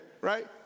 right